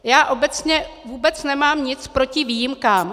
Já obecně vůbec nemám nic proti výjimkám.